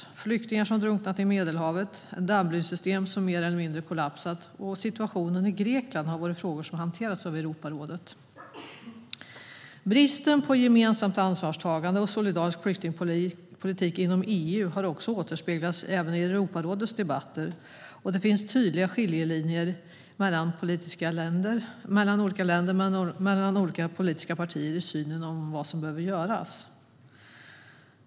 Flyktingar som drunknat i Medelhavet, ett Dublinsystem som mer eller mindre kollapsat och situationen i Grekland har varit frågor som hanterats av Europarådet. Bristen på gemensamt ansvarstagande och solidarisk flyktingpolitik inom EU har återspeglats även i Europarådets debatter, och det finns tydliga skiljelinjer mellan olika länder och mellan olika politiska partier i synen på vad som behöver göras.